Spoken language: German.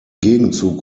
gegenzug